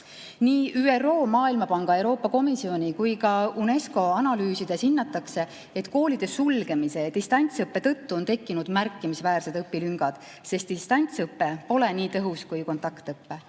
Nii ÜRO, Maailmapanga, Euroopa Komisjoni kui ka UNESCO analüüsides hinnatakse, et koolide sulgemise ja distantsõppe tõttu on tekkinud märkimisväärsed õpilüngad, sest distantsõpe pole nii tõhus kui kontaktõpe.